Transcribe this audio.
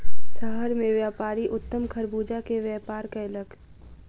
शहर मे व्यापारी उत्तम खरबूजा के व्यापार कयलक